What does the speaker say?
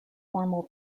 formal